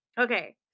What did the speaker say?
okay